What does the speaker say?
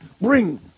bring